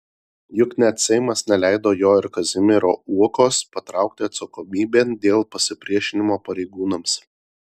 juk net seimas neleido jo ir kazimiero uokos patraukti atsakomybėn dėl pasipriešinimo pareigūnams